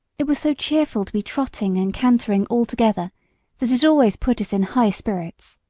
it was so cheerful to be trotting and cantering all together that it always put us in high spirits.